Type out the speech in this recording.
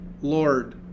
Lord